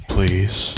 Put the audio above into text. Please